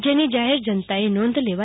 જેની જાહેર જનતાએ નોંધ લેવી